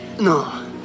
No